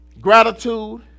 Gratitude